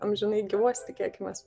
amžinai gyvuos tikėkimės